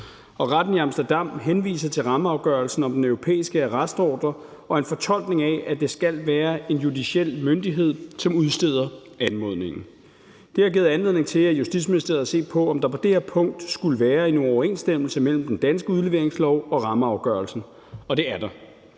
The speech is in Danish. og retten i Amsterdam henviser til rammeafgørelsen om den europæiske arrestordre og en fortolkning af, at det skal være en judiciel myndighed, som udsteder anmodningen. Det har givet anledning til, at Justitsministeriet har set på, om der på det her punkt skulle være en uoverensstemmelse mellem den danske udleveringslov og rammeafgørelsen, og det er der.